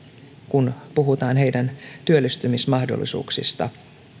työllistymismahdollisuuksista